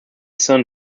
sun